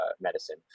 medicine